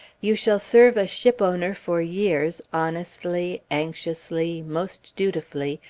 you shall serve a shipowner for years honestly, anxiously, most dutifully,